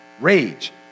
rage